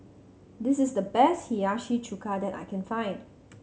this is the best Hiyashi Chuka that I can find